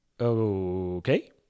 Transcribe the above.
Okay